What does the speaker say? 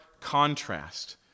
contrast